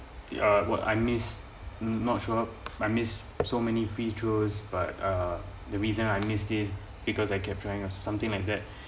ya what I miss not sure I miss so many free tours but uh the reason I miss this because I kept trying of something like that